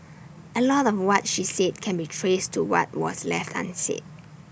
A lot of what she said can be traced to what was left unsaid